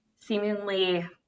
seemingly